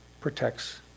protects